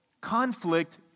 Conflict